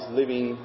living